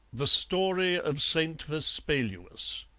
the story of st. vespaluus